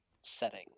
setting